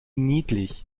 niedlich